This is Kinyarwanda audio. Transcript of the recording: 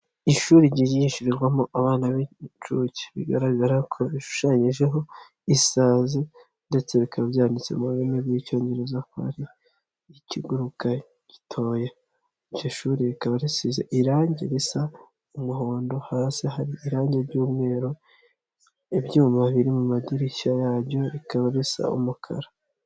Ishuri ryigishirizwamo abana b'incuke, bigaragara ko bishushanyijeho isazi ndetse bikaba byanditse mu rurimi rw'icyongereza ko ari ikiguruka gitoya, iryo shuri rikaba risize irangi risa umuhondo, hasi hari irangi ry'mweru, ibyuma biri mu madirishya yabyo bikaba bisa umukara.